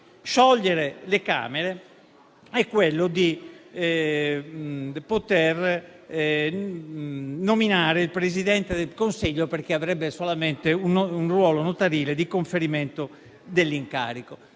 sciogliere le Camere e quello di nominare il Presidente del Consiglio, perché avrebbe solamente un ruolo notarile di conferimento dell'incarico.